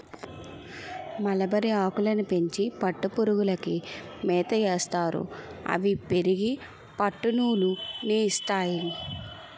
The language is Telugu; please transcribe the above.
మలబరిఆకులని పెంచి పట్టుపురుగులకి మేతయేస్తారు అవి పెరిగి పట్టునూలు ని ఇస్తాయి